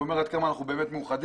וזה אומר עד כמה אנחנו באמת מאוחדים.